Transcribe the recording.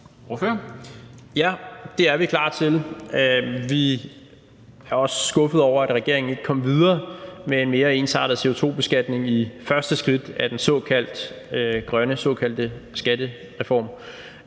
Ja, det er vi klar til. Vi er også skuffet over, at regeringen ikke kom videre med en mere ensartet CO2-beskatning i det første skridt af den såkaldte grønne skattereform,